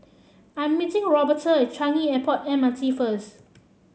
I'm meeting Roberta at Changi Airport M R T first